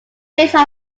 basis